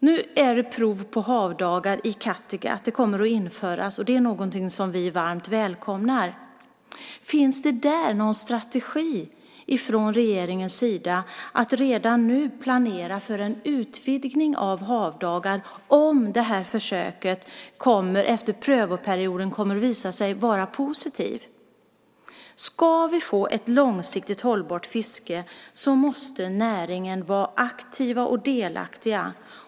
Nu är det havdagar på prov i Kattegatt. Det kommer att införas, och det är någonting som vi varmt välkomnar. Finns det någon strategi från regeringens sida när det gäller att redan nu planera för en utvidgning av havdagar om det här försöket, efter prövoperioden, visar sig vara positivt? Ska vi få ett långsiktigt hållbart fiske måste näringen vara aktiv och delaktig.